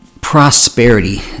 prosperity